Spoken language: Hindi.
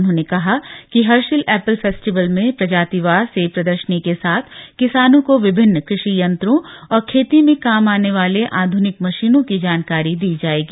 उन्होंने कहा कि हर्षिल एप्पल फेस्टिवल में प्रजातिवार सेब प्रर्दशनी के साथ किसानों को विभिन्न कृषि यंत्रों और खेती में काम आने वाली आधुनिक मशीनों की जानकारी दी जाएगी